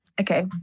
Okay